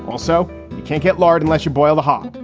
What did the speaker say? also, you can't get lard unless you boil the hog.